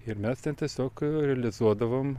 ir mes ten tiesiog realizuodavom